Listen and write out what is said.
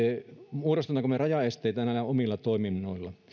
muodostammeko me rajaesteitä näillä omilla toiminnoilla